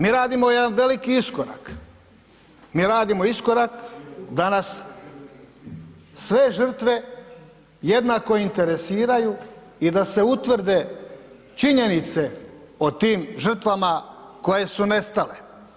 Mi radimo jedan veliki iskorak, mi radimo iskorak da nas sve žrtve jednako interesiraju i da se utvrde činjenice o tim žrtvama koje su nestale.